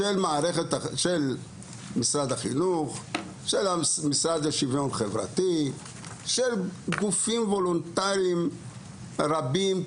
של משרד החינוך; של המשרד לשוויון חברתי; של גופים וולונטריים רבים,